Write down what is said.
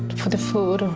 for the food.